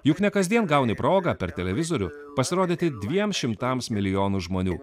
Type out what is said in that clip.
juk ne kasdien gauni progą per televizorių pasirodyti dviem šimtams milijonų žmonių